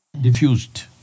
diffused